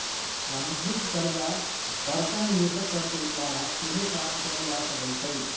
वाणिज्यिक करजा बड़का निवेशक सभके द्वारा सेहो प्राप्त कयल जा सकै छइ